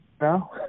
no